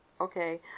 Okay